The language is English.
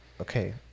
Okay